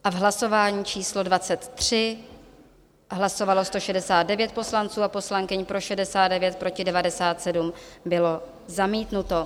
V hlasování číslo 23 hlasovalo 169 poslanců a poslankyň, pro 69, proti 97, bylo zamítnuto.